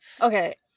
Okay